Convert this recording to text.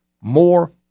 more